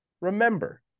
remember